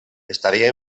estaria